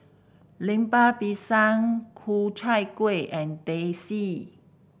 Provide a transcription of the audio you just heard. Lemper Pisang Ku Chai Kueh and Teh C